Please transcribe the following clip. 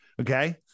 Okay